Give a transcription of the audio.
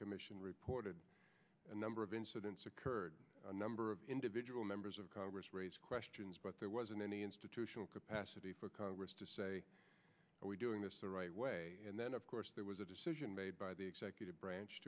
commission reported a number of incidents occurred a number of individual members of congress raise questions but there wasn't any institutional capacity for congress to say are we doing this the right way and then of course there was a decision made by the executive branch